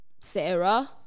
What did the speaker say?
Sarah